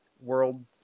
world